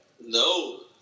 No